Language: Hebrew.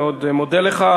מאוד מודה לך.